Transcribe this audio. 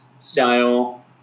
style